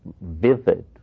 vivid